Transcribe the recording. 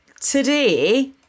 today